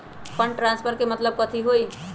Fund transfer के मतलब कथी होई?